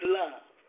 love